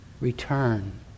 Return